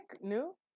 new